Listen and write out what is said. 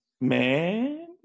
Man